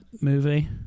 movie